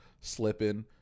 slipping